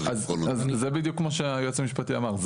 אז, זה בדיוק מה שהיועץ המשפטי אמר.